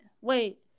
wait